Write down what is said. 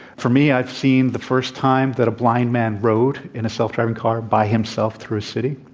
for me, i've seen the first time that a blind man rode in a self-driving car by himself through a city.